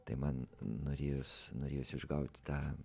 tai man norėjosi norėjos išgauti tą